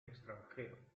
extranjero